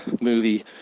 movie